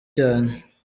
cyane